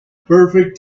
perfect